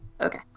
Okay